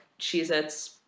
Cheez-Its